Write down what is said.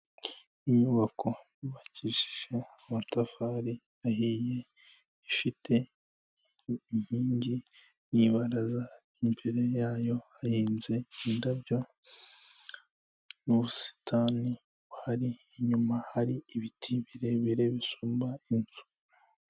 Inyubako yubakishije amatafari ahiye ifite inkingi n'ibaraza imbere yayo hahinze indabyo n'ubusitani buhari, inyuma hari ibiti birebire bisumba inzu.